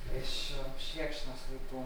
iš švėkšnos laikų